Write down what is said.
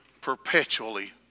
perpetually